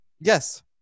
Yes